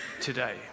today